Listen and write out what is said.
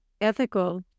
ethical